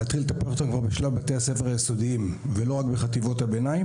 בשלב בתי הספר היסודיים ונוער וחטיבות הביניים